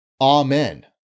Amen